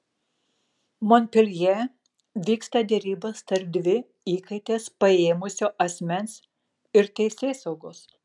monpeljė vyksta derybos tarp dvi įkaites paėmusio asmens ir teisėsaugos